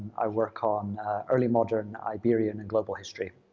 i work on early modern iberian and global history.